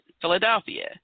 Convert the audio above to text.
Philadelphia